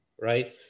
right